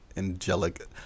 Angelic